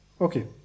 Okay